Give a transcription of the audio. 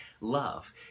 love